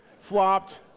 flopped